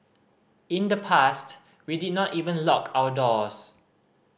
in the past we did not even lock our doors